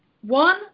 one